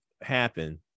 happen